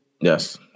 Yes